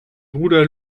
bruder